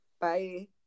Bye